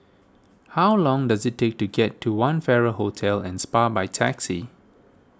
how long does it take to get to one Farrer Hotel and Spa by taxi